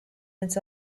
its